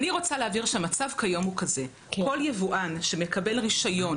אני רוצה להבהיר שהמצב כיום הוא כזה: כל יבואן שמקבל רישיון